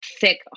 thick